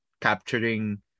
capturing